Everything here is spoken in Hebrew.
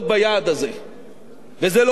וזה לא פשוט גם כן, למרות ההגדלה.